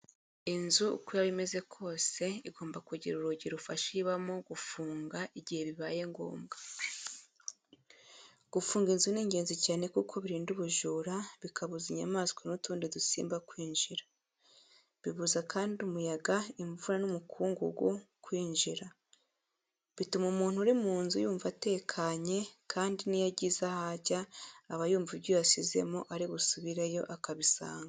Inzu uko yaba imeze kose igomba kugira urugi rufasha uyibamo gufunga igihe bibaye ngombwa. Gufunga inzu ni ingenzi cyane kuko birinda ubujura, bikabuza inyamaswa n'utundi dusimba kwinjira, bibuza kandi umuyaga, imvura n’umukungugu kwinjira. Bituma umuntu uri munzu yumva atekanye kandi n'iyo agize aho ajya aba yumva ibyo yasizemo ari busubire yo akabisanga.